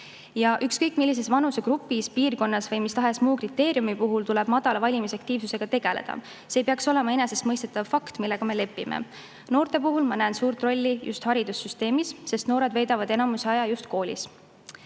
Ükskõik millises vanusegrupis, piirkonnas või mis tahes muu kriteeriumi puhul tuleb madala valimisaktiivsusega tegeleda. See peaks olema enesestmõistetav fakt, millega me lepime. Noorte puhul ma näen suurt rolli just haridussüsteemil, sest noored veedavad enamuse aja koolis.